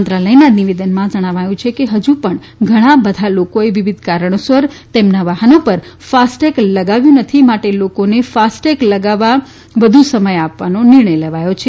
મંત્રાલયના નિવેદનમાં જણાવાયું છે કે ફજુ પણ ઘણા બધા લોકો એ વિવિધ કારણોસર તેમના વાહનો પર ફાસ્ટ ટેગ લગાવ્યું નથી માટે લોકોને ફાસ્ટ ટેગ લગાવવા લોકોને વધુ સમય આપવા આ નિર્ણય લેવાથો છે